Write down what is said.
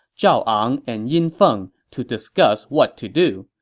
zhao ang and yin feng, to discuss what to do.